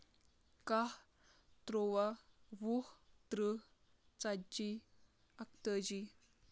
کاہ تُرٛواہ وُہ تٕرٛہ ژَتجی اَکتٲجی